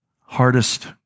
hardest